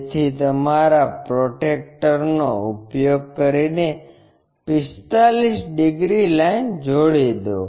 તેથી તમારા પ્રોટ્રેક્ટરનો ઉપયોગ કરીને 45 ડિગ્રી લાઇન જોડી દો